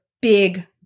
big